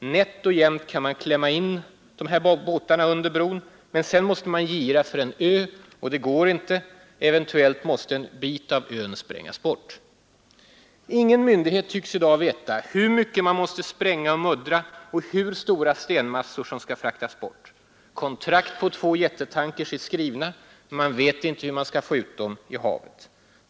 Nätt och jämnt kan man klämma in dessa fartyg under bron, men sedan måste man gira för en ö, och det går inte. Eventuellt måste en bit av ön sprängas bort. Ingen myndighet tycks i dag veta hur mycket man måste spränga och muddra och hur stora stenmassor som måste fraktas bort. Kontrakt på två jättetankers är skrivna, men man vet inte hur man skall få ut dem i havet.